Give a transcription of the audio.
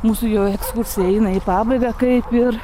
mūsų jau ekskursija eina į pabaigą kaip ir